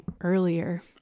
earlier